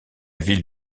ville